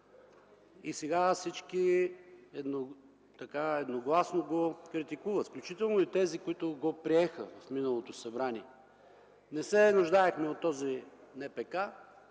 Сега всички едногласно го критикуват, включително и тези, които го приеха в миналото събрание. Не се нуждаехме от този НПК.